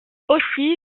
aussi